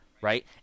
right